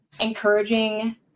Encouraging